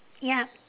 ya